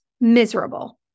miserable